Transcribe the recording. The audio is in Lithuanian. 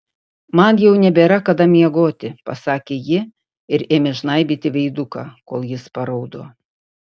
man jau nebėra kada miegoti pasakė ji ir ėmė žnaibyti veiduką kol jis paraudo